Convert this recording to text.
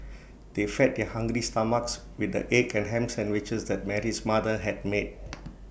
they fed their hungry stomachs with the egg and Ham Sandwiches that Mary's mother had made